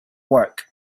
work